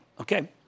okay